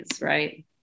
right